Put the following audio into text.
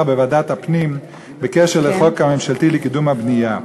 בוועדת הפנים בקשר לחוק הממשלתי לקידום הבנייה,